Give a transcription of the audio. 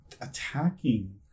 attacking